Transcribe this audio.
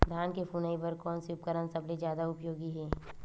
धान के फुनाई बर कोन से उपकरण सबले जादा उपयोगी हे?